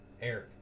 Eric